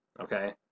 okay